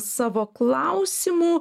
savo klausimų